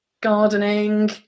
gardening